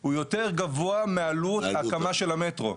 הוא יותר גבוה מהעלות של ההקמה של המטרו.